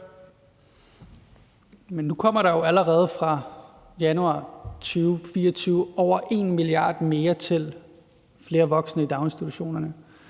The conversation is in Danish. Men nu kommer der jo allerede fra januar 2024 over 1 mia. kr. mere til flere voksne i daginstitutionerne.